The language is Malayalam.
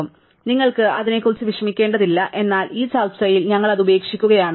അതിനാൽ നിങ്ങൾക്ക് അതിനെക്കുറിച്ച് വിഷമിക്കേണ്ടതില്ല എന്നാൽ ഈ ചർച്ചയിൽ ഞങ്ങൾ അത് ഉപേക്ഷിക്കുകയാണ്